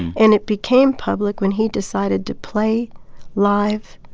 and it became public when he decided to play live,